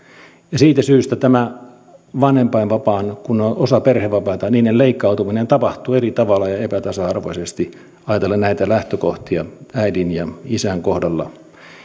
siitä syystä tämä vanhempainvapaan kun se on osa perhevapaita leikkautuminen tapahtuu eri tavalla ja epätasa arvoisesti ajatellen näitä lähtökohtia äidin ja isän kohdalla